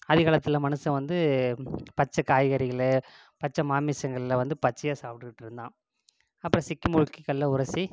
ஆதி காலத்தில் மனுஷன் வந்து பச்சை காய்கறிகள் பச்சை மாமிசங்களில் வந்து பச்சையா சாப்பிட்டுட்டு இருந்தான் அப்புறம் சிக்கிமுக்கி கல்லை உரசி